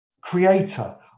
creator